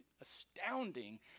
astounding